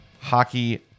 Hockey